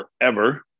forever